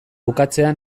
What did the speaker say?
bukatzea